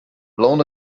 blown